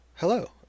Hello